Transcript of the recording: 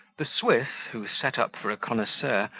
the swiss, who set up for a connoisseur,